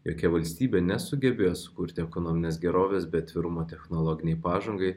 jokia valstybė nesugebės sukurti ekonominės gerovės be atvirumo technologinei pažangai